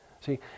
See